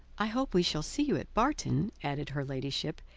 i hope we shall see you at barton, added her ladyship,